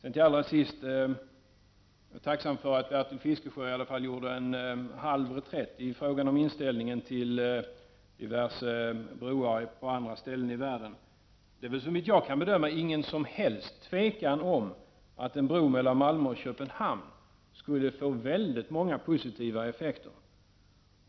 Jag är tacksam för att Bertil Fiskesjö i alla fall gjorde en halv reträtt i fråga om inställningen till diverse broar på andra ställen i världen. Det är såvitt jag kan bedöma ingen som helst tvekan om att en bro mellan Malmö och Köpenhamn skulle få många positiva effekter.